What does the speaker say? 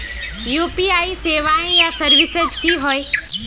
UPI सेवाएँ या services की होय?